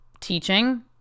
teaching